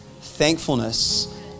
thankfulness